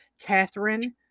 Catherine